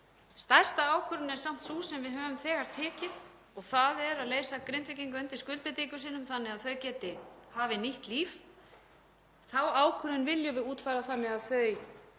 Stærsta ákvörðunin er samt sú sem við höfum þegar tekið og það er að leysa Grindvíkinga undan skuldbindingum sínum þannig að þau geti hafið nýtt líf. Þá ákvörðun viljum við útfæra þannig að þau